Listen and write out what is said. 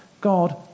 God